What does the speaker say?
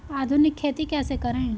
आधुनिक खेती कैसे करें?